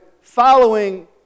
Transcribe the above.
following